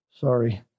sorry